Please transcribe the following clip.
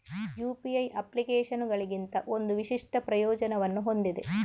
UPI ಅಪ್ಲಿಕೇಶನುಗಳಿಗಿಂತ ಒಂದು ವಿಶಿಷ್ಟ ಪ್ರಯೋಜನವನ್ನು ಹೊಂದಿದೆ